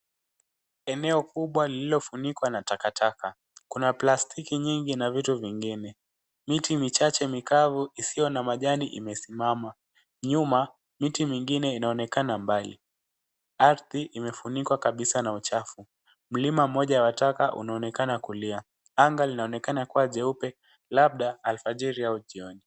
Eneo kubwa lililofunikwa na takataka. Kuna plastiki nyingi na vitu vingine. Miti michache mikavu isiyo na majani imesimama. Nyuma, miti mingine inaonekana mbali. Ardhi imefunikwa kabisa na uchafu. Mlima mmoja wa taka unaonekana kulia. Anga linaonekana kuwa jeupe, labda alfajiri au jioni.